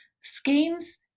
schemes